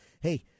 Hey